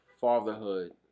fatherhood